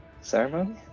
Ceremony